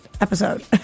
episode